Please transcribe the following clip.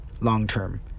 long-term